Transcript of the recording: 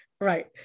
right